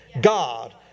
God